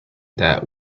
that